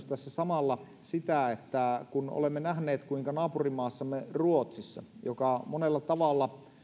tässä samalla sitä että kun olemme nähneet kuinka naapurimaassamme ruotsissa joka monella tavalla